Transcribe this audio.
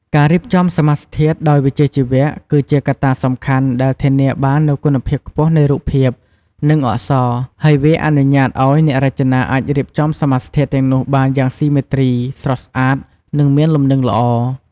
ការរៀបចំសមាសធាតុដោយវិជ្ជាជីវៈ គឺជាកត្តាសំខាន់ដែលធានាបាននូវគុណភាពខ្ពស់នៃរូបភាព និងអក្សរ ហើយវាអនុញ្ញាតឲ្យអ្នករចនាអាចរៀបចំសមាសធាតុទាំងនោះបានយ៉ាងស៊ីមេទ្រី ស្រស់ស្អាត និងមានលំនឹងល្អ។